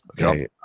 okay